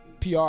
PR